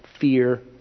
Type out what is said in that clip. fear